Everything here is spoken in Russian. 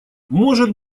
может